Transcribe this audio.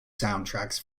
soundtracks